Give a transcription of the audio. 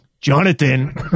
Jonathan